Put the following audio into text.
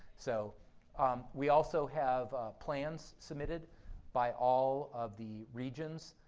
so um we also have plans submitted by all of the regions,